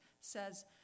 says